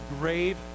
grave